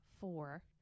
four